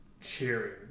cheering